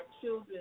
children